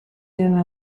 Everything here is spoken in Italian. nella